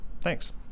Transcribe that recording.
Thanks